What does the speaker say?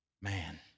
Man